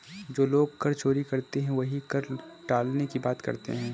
जो लोग कर चोरी करते हैं वही कर टालने की बात करते हैं